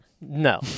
No